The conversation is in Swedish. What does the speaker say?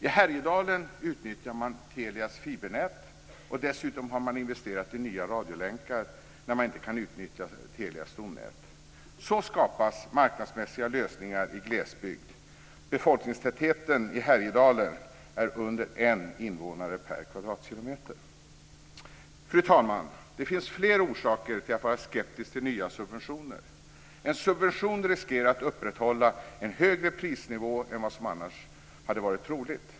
I Härjedalen utnyttjar man Telias fibernät och dessutom har man investerat i nya radiolänkar när man inte kan utnyttja Telias stomnät. Så skapas marknadsmässiga lösningar i glesbygd. Befolkningstätheten i Härjedalen är under 1 invånare per kvadratkilometer. Fru talman! Det finns fler orsaker till att vara skeptisk till nya subventioner. En subvention riskerar att upprätthålla en högre prisnivå än vad som annars hade varit troligt.